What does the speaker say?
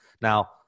now